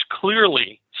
clearly